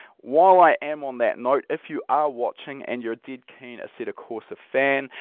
while i am on that note, if you are watching and you're a dead keen assetto corsa fan,